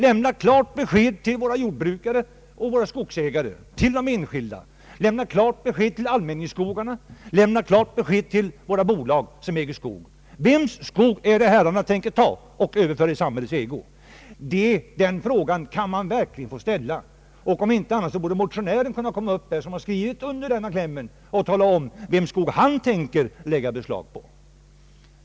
Lämna klart besked till våra skogsägare och jordbrukare samt till andra enskilda! Lämna klart besked till allmänningsskogarna och till våra bolag, som äger skog! Vems skog tänker herrarna ta och överlåta i samhällets ägo? Den frågan kan man verkligen få ställa. Om inte annat borde den motionär som har skrivit under motionsklämmen tala om vems skog han tänker lägga beslag på.